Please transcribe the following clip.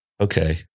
Okay